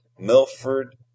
Milford